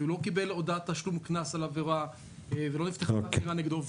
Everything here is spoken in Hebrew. שהוא לא קיבל הודעת תשלום קנס על עבירה ולא נפתחה חקירה נגדו.